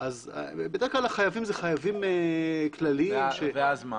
בדרך כלל החייבים זה חייבים כלליים ש --- ואז מה?